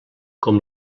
com